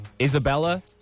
isabella